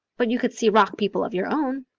but you could see rock people of your own.